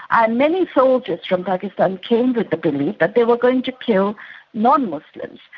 and many soldiers from pakistan came with the belief that they were going to kill non-muslims.